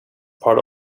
part